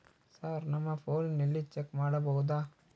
Sir ನಮ್ಮ ಫೋನಿನಲ್ಲಿ check ಮಾಡಬಹುದಾ?